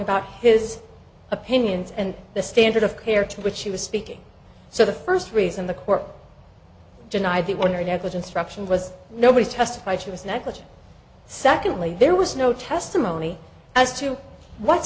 about his opinions and the standard of care to which he was speaking so the first reason the court denied the order negligence struction was nobody testified she was negligent secondly there was no testimony as to what